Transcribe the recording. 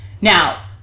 now